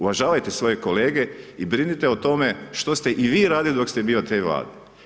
Uvažavajte svoje kolege i brinite o tome, što ste i vi radili dok ste bili te Vlade.